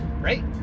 right